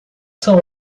são